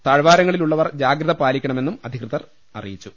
താഴ് വാരങ്ങളിലുള്ളവർ ജാഗ്രത പാലിക്കണമെന്ന് അധികൃതർ അറിയിച്ചു